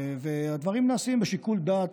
והדברים נעשים בשיקול דעת.